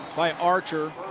by archer.